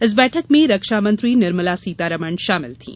इस बैठक में रक्षामंत्री निर्मला सीतारमण शामिल थीं